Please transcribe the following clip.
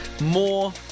more